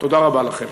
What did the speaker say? תודה רבה לכם.